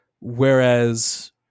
whereas